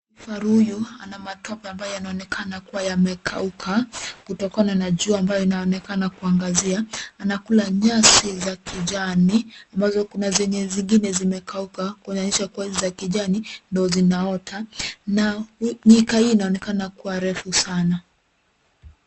Faru huyu ana matope ambayo yanaonekana kuwa yamekauka kutokana na jua ambayo inaonekana kuangazia. Anakula nyasi za kijani ambazo kuna zenye zingine zimekauka kuonyesha kuwa ni za kijani ndio zinaota na nyika hii inaonekana kuwa refu sana.